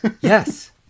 yes